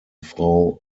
frau